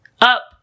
up